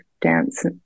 dance